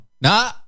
no